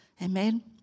Amen